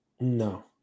No